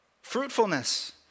Fruitfulness